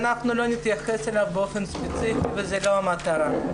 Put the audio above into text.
אנחנו לא נתייחס אליו באופן ספציפי וזו לא המטרה.